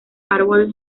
árboles